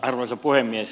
arvoisa puhemies